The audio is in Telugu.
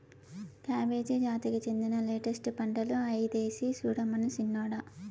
కాబేజీ జాతికి చెందిన లెట్టస్ పంటలు ఐదేసి సూడమను సిన్నోడా